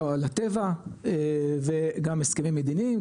כמובן לטבע וגם הסכמים מדיניים,